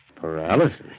Paralysis